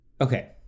okay